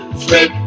free